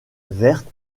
verte